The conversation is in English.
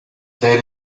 there